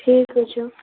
ٹھیٖک حظ چھُ